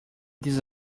these